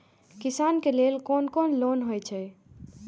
किसान के लेल कोन कोन लोन हे छे?